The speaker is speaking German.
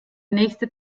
nächste